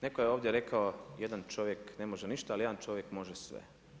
Netko je ovdje rekao, jedan čovjek ne može ništa ali jedan čovjek može sve.